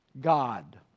god